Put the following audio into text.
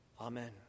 Amen